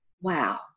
wow